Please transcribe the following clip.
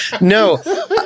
No